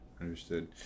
understood